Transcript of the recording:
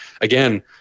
again